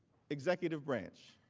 executive branch.